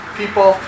people